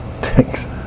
Thanks